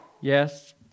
Yes